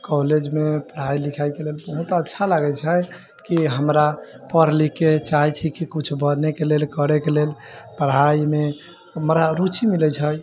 कॉलेजमे पढ़ाइ लिखाइ के लिए बहुत अच्छा लागै छै की हमरा पढ़ लिख के चाहै छी की किछु बनय के लेल करय के लेल पढ़ाइ मे बड़ा रुचि मिलै छै